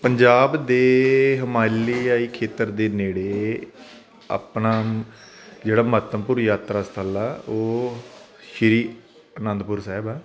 ਪੰਜਾਬ ਦੇ ਹਿਮਾਇਲੀ ਆਈ ਖੇਤਰ ਦੇ ਨੇੜੇ ਆਪਣਾ ਜਿਹੜਾ ਮਹੱਤਵਪੂਰਨ ਯਾਤਰਾ ਸਥਲ ਆ ਉਹ ਸ਼੍ਰੀ ਅਨੰਦਪੁਰ ਸਾਹਿਬ ਆ